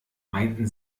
meinten